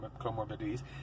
comorbidities